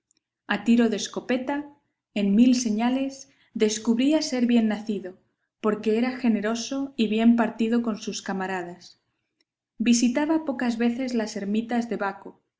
a tiro de escopeta en mil señales descubría ser bien nacido porque era generoso y bien partido con sus camaradas visitaba pocas veces las ermitas de baco